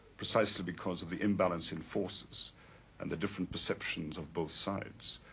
precisely because of the imbalance in forces and the different perceptions of both sides.